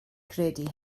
credu